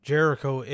Jericho